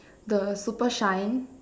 the super shine